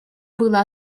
было